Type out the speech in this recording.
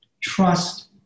trust